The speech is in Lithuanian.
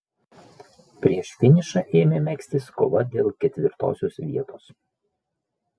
prieš finišą ėmė megztis kova dėl ketvirtosios vietos